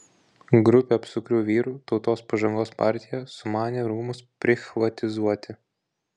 grupė apsukrių vyrų tautos pažangos partija sumanė rūmus prichvatizuoti